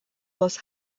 was